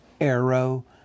Arrow